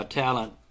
talent